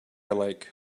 like